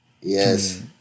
Yes